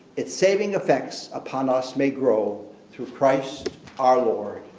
its saving effects upon us may grow through christ our lord,